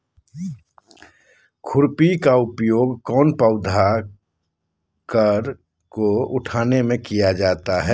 खुरपी का उपयोग कौन पौधे की कर को उठाने में किया जाता है?